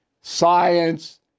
science